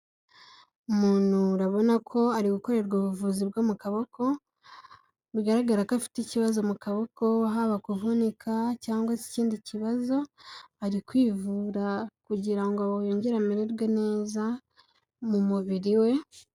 Umuntu urabona ko ari gukorerwa ubuvuzi bwo mu kaboko, bigaragara ko afite ikibazo mu kaboko, haba kuvunika cyangwa se ikindi kibazo, ari kwivura kugira ngo yongere amererwe neza mu mubiri we.